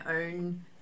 own